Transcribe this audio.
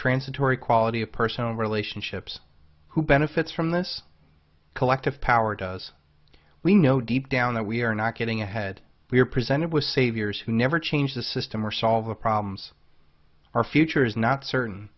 transitory quality of personal relationships who benefits from this collective power does we know deep down that we are not getting ahead we are presented with saviors who never change the system or solve the problems our future is not certain